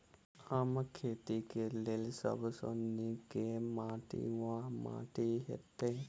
आमक खेती केँ लेल सब सऽ नीक केँ माटि वा माटि हेतै?